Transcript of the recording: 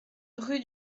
rue